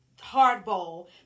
hardball